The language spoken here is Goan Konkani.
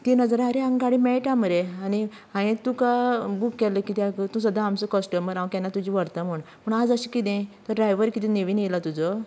तीन हजाराक आरे हांगा गाडी मेळटा मरे आनी हांवे तुका बूक केल्ली कित्याक तूं सदांच आमचो कस्टमर हांव केन्ना तुजी व्हरता म्हण पूण आयज अशें कितें ड्रायव्हर कितें नवीन येला तुजो